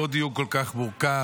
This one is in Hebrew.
לא דיון כל כך מורכב.